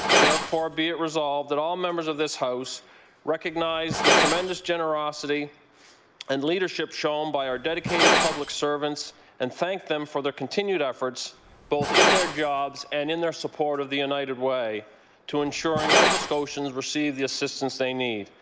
therefore be it resolved that all members of this house recognize the tremendous generosity and leadership shown by our dedicated public servants and thank them for their continued efforts both in their jobs and in their support of the united way to ensuring nova scotians receive the assistance they need.